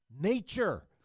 Nature